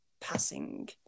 passing